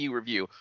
review